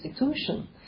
institution